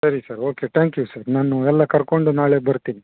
ಸರಿ sir thank you sir ನಾನು ಎಲ್ಲ ಕರ್ಕೊಂಡು ನಾಳೆ ಬರ್ತೀನಿ